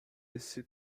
esse